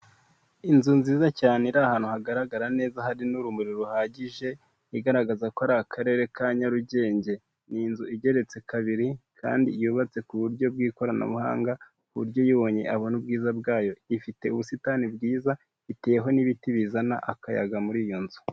Inzu nziza cyane iri ahantu hagaragara neza hari n'urumuri ruhagije, igaragaza ko ari akarere ka Nyarugenge n' inzu igeretse kabiri kandi yubatse ku buryo bw'ikoranabuhanga ku buryo yibonye abona ubwiza bwayo ifite ubusitani bwiza iteho n'ibiti bizana akayaga muri iyo nzu.